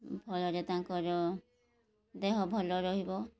ଫଳରେ ତାଙ୍କର ଦେହ ଭଲ ରହିବ